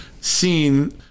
seen